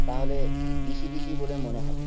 তাহলে দেশি দেশি বলে মনে হবে